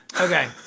Okay